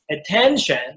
attention